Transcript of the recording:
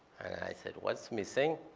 i said, what's missing?